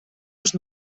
els